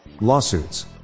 Lawsuits